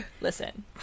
listen